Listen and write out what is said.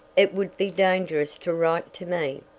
it would be dangerous to write to me.